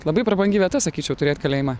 labai prabangi vieta sakyčiau turėt kalėjimą